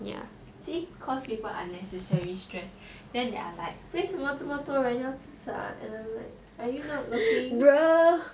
see cause people unnecessary stress then they are like 为什么这么多人要自杀 then I'm like are you not looking